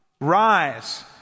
Rise